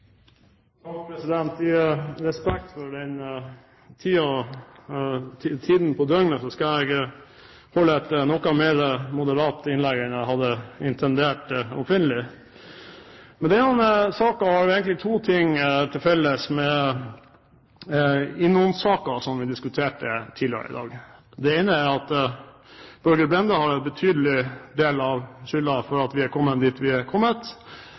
Takk, president! I respekt for tiden på dagen skal jeg holde et noe mer moderat innlegg enn jeg hadde intendert opprinnelig. Denne saken har to ting til felles med INON-saken, som vi diskuterte tidligere i dag. Det ene er at Børge Brende har en betydelig del av skylden for at vi er kommet dit vi er kommet.